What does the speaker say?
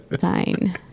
Fine